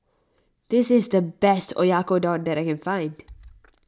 this is the best Oyakodon that I can find